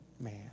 man